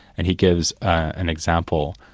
and he gives an example,